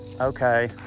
okay